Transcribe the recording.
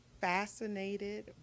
fascinated